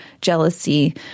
jealousy